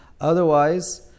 Otherwise